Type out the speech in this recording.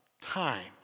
time